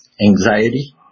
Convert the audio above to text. anxiety